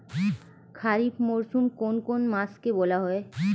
খারিফ মরশুম কোন কোন মাসকে বলা হয়?